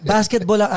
Basketball